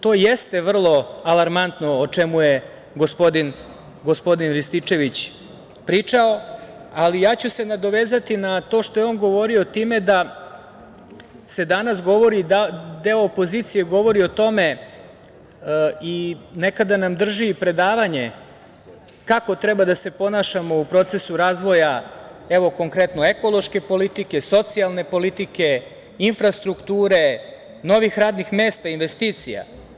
To jeste vrlo alarmantno o čemu je gospodin Rističević pričao, ali ja ću se nadovezati na to što je on govorio time da danas deo opozicije govori o tome i nekada nam drže predavanje kako treba da se ponašamo u procesu razvoja, konkretno, ekološke politike, socijalne politike, infrastrukture, novih radnih mesta, investicija.